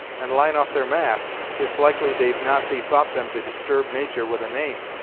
and line off their maps, it's likely they've not bethought them to disturb natur' with a name.